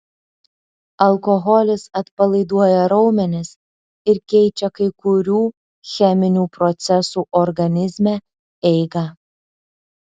alkoholis atpalaiduoja raumenis ir keičia kai kurių cheminių procesų organizme eigą